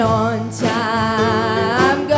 on-time